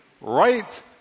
right